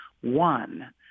One